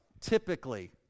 typically